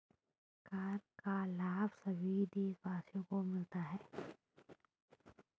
कर का लाभ सभी देशवासियों को मिलता है